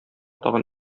тагын